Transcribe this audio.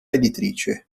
editrice